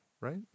right